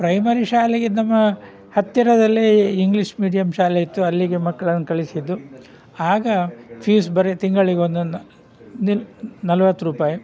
primary ಶಾಲೆಗೆ ನಮ್ಮ ಹತ್ತಿರದಲ್ಲೇ ಇಂಗ್ಲೀಷ್ ಮೀಡಿಯಮ್ ಶಾಲೆ ಇತ್ತು ಅಲ್ಲಿಗೆ ಮಕ್ಕಳನ್ನು ಕಳಿಸಿದ್ದು ಆಗ ಫೀಸ್ ಬರೀ ತಿಂಗಳಿಗೆ ಒಂದು ನಲ್ವತ್ತು ರೂಪಾಯಿ